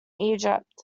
egypt